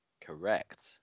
Correct